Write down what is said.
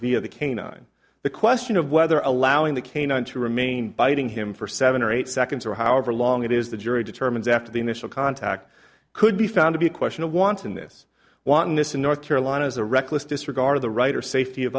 via the canine the question of whether allowing the canine to remain biting him for seven or eight seconds or however long it is the jury determines after the initial contact could be found to be a question of wanting this wantonness in north carolina as a reckless disregard of the right or safety of